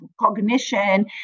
cognition